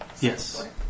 Yes